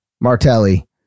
martelli